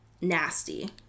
Nasty